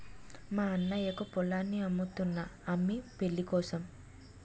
మా అన్నయ్యకు పొలాన్ని అమ్ముతున్నా అమ్మి పెళ్ళికోసం